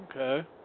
Okay